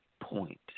point